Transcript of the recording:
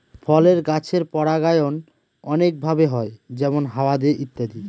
ফলের গাছের পরাগায়ন অনেক ভাবে হয় যেমন হাওয়া দিয়ে ইত্যাদি